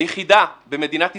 היחידה במדינת ישראל,